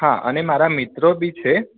હા અને મારા મિત્રો બી છે